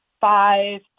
five